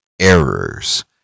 errors